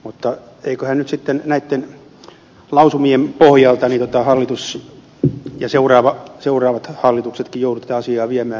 mutta eiköhän sitten näitten lausumien pohjalta hallitus ja seuraavatkin hallitukset joudu tätä asiaa viemään eteenpäin